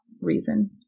reason